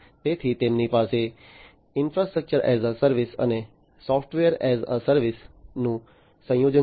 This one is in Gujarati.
તેથી તેમની પાસે ઇન્ફ્રાસ્ટ્રક્ચર એસ એ સર્વિસ અને સોફ્ટવેર એસ એ સર્વિસ સોલ્યુશન્સનું સંયોજન છે